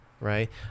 Right